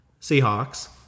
Seahawks